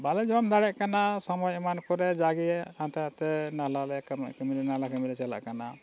ᱵᱟᱞᱮ ᱡᱚᱢ ᱫᱟᱲᱮᱭᱟᱜ ᱠᱟᱱᱟ ᱥᱚᱢᱚᱭ ᱮᱢᱟᱱ ᱠᱚᱨᱮ ᱡᱟᱜᱮ ᱦᱟᱱᱛᱮ ᱦᱟᱱᱛᱮ ᱱᱟᱞᱦᱟᱞᱮ ᱠᱟᱹᱢᱤᱨᱮ ᱱᱟᱞᱟ ᱠᱟᱹᱢᱤᱞᱮ ᱪᱟᱞᱟᱜ ᱠᱟᱱᱟ